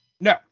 No